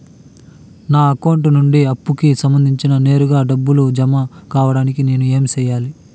నా అకౌంట్ నుండి అప్పుకి సంబంధించి నేరుగా డబ్బులు జామ కావడానికి నేను ఏమి సెయ్యాలి?